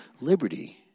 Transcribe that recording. liberty